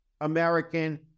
American